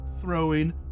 throwing